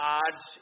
odds